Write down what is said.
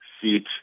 seat